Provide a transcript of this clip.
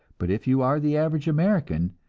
but if you are the average american,